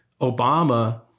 Obama